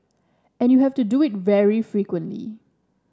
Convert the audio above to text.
and you have to do it very frequently